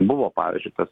buvo pavyzdžiui tas